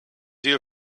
your